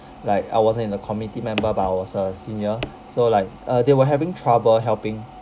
like I wasn't in the committee member but I was a senior so like uh they were having trouble helping